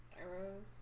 arrows